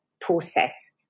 process